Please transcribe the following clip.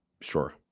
Sure